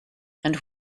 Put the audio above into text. and